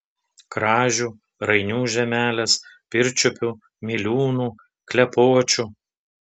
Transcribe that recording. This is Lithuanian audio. kražių rainių žemelės pirčiupių miliūnų klepočių